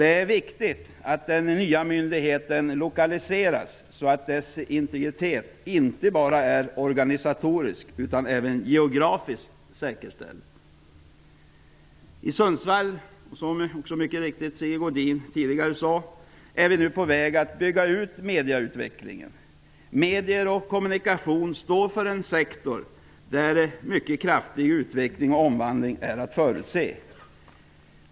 Det är också viktigt att de nya myndigheterna lokaliseras så att deras integritet inte bara är organisatoriskt utan även geografiskt säkerställd. I Sundvall är vi nu, som mycket riktigt Sigge Godin tidigare påpekade, på väg att utveckla medieverksamheten. Medier och kommunikation står för en sektor där en mycket kraftig utveckling och omvandling är att förutse.